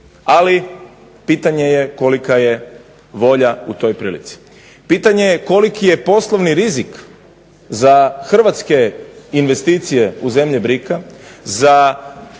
ali pitanje je kolika je volja u toj prilici, pitanje je koliki je poslovni rizik za hrvatske investicije u zemlje BRIKA, za